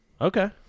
Okay